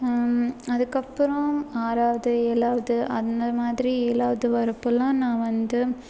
அதுக்கப்புறம் ஆறாவது ஏழாவது அந்த மாதிரி ஏழாவது வரப்போலாம் நான் வந்து